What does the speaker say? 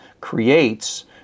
creates